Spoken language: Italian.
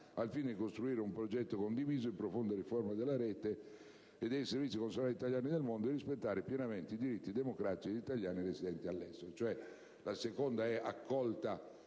al fine di costruire un progetto condiviso di profonda riforma della rete e dei servizi consolari italiani nel mondo e di rispettare pienamente i diritti democratici degli italiani residenti all'estero». In pratica, tale